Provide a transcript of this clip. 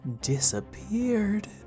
disappeared